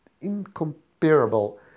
incomparable